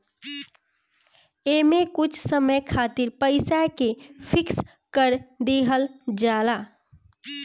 एमे कुछ समय खातिर पईसा के फिक्स कर देहल जाला